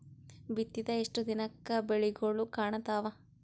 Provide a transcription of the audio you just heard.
ಬಿತ್ತಿದ ಎಷ್ಟು ದಿನಕ ಬೆಳಿಗೋಳ ಕಾಣತಾವ?